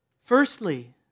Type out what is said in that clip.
Firstly